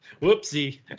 whoopsie